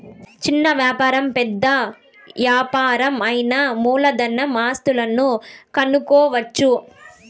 చిన్న వ్యాపారం పెద్ద యాపారం అయినా మూలధన ఆస్తులను కనుక్కోవచ్చు